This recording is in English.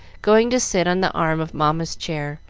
going to sit on the arm of mamma's chair,